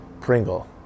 pringle